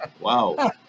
wow